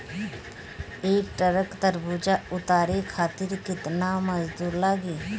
एक ट्रक तरबूजा उतारे खातीर कितना मजदुर लागी?